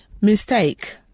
mistake